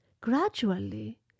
Gradually